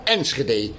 Enschede